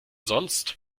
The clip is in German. sonst